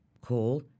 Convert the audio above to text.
Call